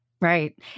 Right